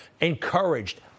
encouraged